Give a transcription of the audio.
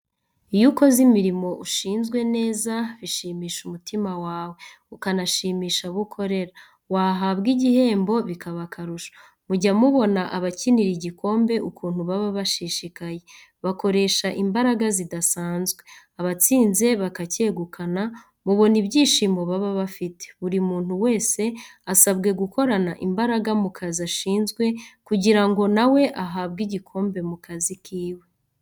Iyo ukoze imirimo ushinzwe neza bishimisha umutima wawe ukanashimisha abo ukorera, wahabwa igihembo bikaba akarusho. Mujya mubona abakinira igikombe ukuntu baba bashishikaye bakoresha imbaraga zidasanzwe, abatsinze bakacyegukana mubona ibyishimo baba bafite, buri muntu wese asabwe gukorana imbaraga mu kazi ashinzwe, kugira ngo na we ahabwe igikombe mu kazi kiwe.